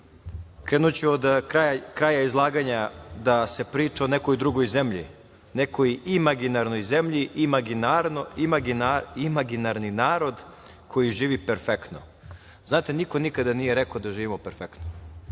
čujemo. Krenuću od kraja izlaganja, da se priča o nekoj drugoj zemlji, nekoj imaginarnoj zemlji, imaginarni narod koji živi perfektno. Znate, niko nikada nije rekao da živimo perfektno.